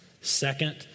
Second